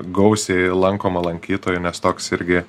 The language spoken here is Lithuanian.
gausiai lankoma lankytojų nes toks irgi